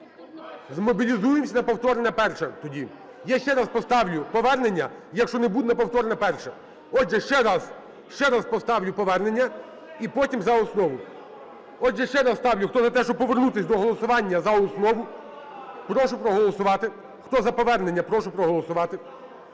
змобілізуємося на повторне перше тоді. Я ще раз поставлю повернення, якщо не буде, на повторне перше. Отже, ще раз, ще раз поставлю повернення, і потім за основу. Отже, ще раз ставлю. Хто за те, щоб повернутись до голосування за основу, прошу проголосувати. Хто за повернення, прошу проголосувати.